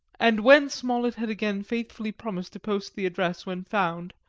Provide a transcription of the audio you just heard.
and when smollet had again faithfully promised to post the address when found,